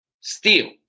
Steal